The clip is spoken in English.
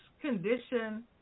condition